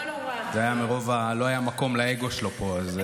לא היה מקום לאגו שלו פה, אז,